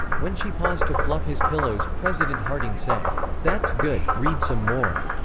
when she paused to fluff his pillows president harding said that's good, read some more,